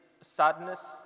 sadness